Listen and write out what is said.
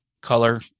color